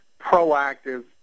proactive